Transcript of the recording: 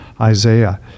Isaiah